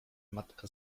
matka